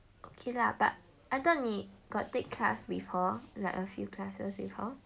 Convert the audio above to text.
okay lah but I thought 你 got take class with her like a few classes with her